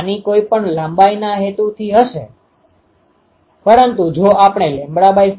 ખરેખર આ પછીથી સાબિત થશે આ પ્રકારનો એરે પ્રથમ પ્રકારને બોક્સ સાઇડ એરે કહે છે જ્યાં મહત્તમ એ એરે અક્ષ ઉપર લંબરૂપે થાય છે